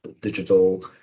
digital